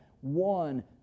one